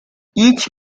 each